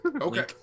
Okay